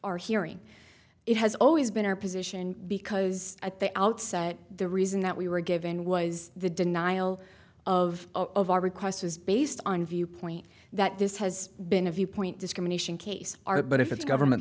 our hearing it has always been our position because at the outset the reason that we were given was the denial of our request was based on viewpoint that this has been a viewpoint discrimination case our but if it's government